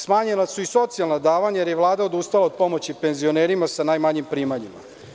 Smanjena su i socijalna davanja, jer je Vlada odustala od pomoći penzionerima sa najmanjim primanjima.